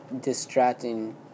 distracting